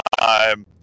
time